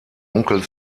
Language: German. onkel